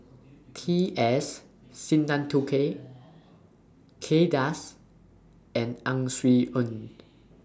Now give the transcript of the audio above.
T S Sinnathuray Kay Das and Ang Swee Aun